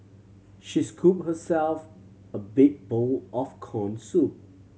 she scooped herself a big bowl of corn soup